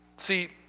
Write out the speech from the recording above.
See